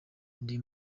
ndi